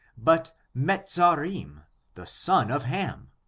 but mezarim the son of ham,